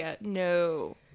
no